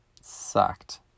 sucked